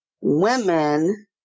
Women